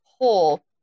pull